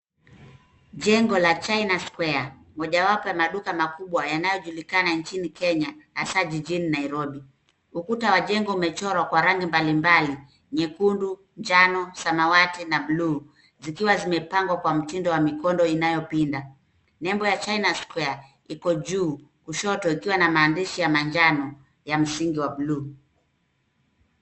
Jengo la China Square mojawapo ya maduka makubwa yanayojulikana nchini Kenya hasa jijini Nairobi. Ukuta wa jengo umechorwa kwa rangi mbali mbali nyekundu, njano ,samawati na buluu zikiwa zimepangwa kwa mtindo wa mikono inayopinda. Nembo ya China sSquare iko juu kushoto ikiwa na maandishi ya manjano ya msingi wa buluu.